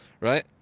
right